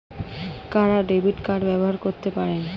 কারা debit card ব্যবহার করতে পারেন?